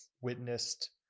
witnessed